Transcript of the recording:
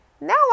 now